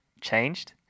changed